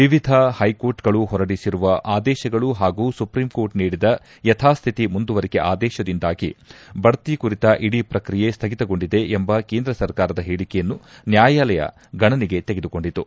ವಿವಿಧ ಹೈಕೋರ್ಟ್ಗಳು ಹೊರಡಿಸಿದ ಆದೇಶಗಳು ಹಾಗೂ ಸುಪ್ರೀಂ ಕೋರ್ಟ್ ನೀಡಿದ ಯಥಾಸ್ಥಿತಿ ಮುಂದುವರಿಕೆ ಆದೇಶದಿಂದಾಗಿ ಬಡ್ತಿ ಕುರಿತ ಇಡೀ ಪ್ರಕ್ರಿಯೆ ಸ್ಠಗಿತಗೊಂಡಿದೆ ಎಂಬ ಕೇಂದ್ರ ಸರ್ಕಾರದ ಹೇಳಿಕೆಯನ್ನು ನ್ಯಾಯಾಲಯ ಗಣನೆಗೆ ತೆಗೆದುಕೊಂಡಿತು